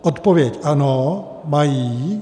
Odpověď: Ano, mají.